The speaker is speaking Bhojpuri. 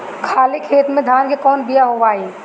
खाले खेत में धान के कौन बीया बोआई?